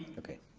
okay.